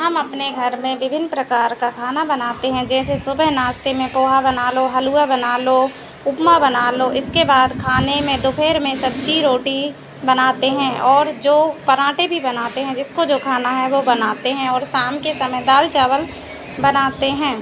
हम अपने घर में विभिन्न प्रकार का खाना बनाते हैं जैसे सुबह नाश्ते में पोहा बना लो हलुआ बना लो उपमा बना लो इसके बाद खाने में दोपहर में सब्जी रोटी बनाते हैं और जो पराठे भी बनाते हैं जिसको जो खाना है वो बनाते हैं और शाम के समय दाल चावल बनाते हैं